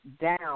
down